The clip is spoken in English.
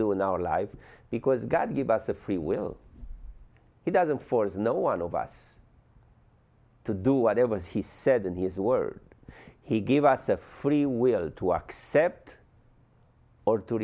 do in our lives because god gave us a free will he doesn't force no one of us to do whatever he said in his word he gave us a free will to accept or to